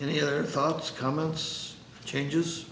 any other thoughts comments changes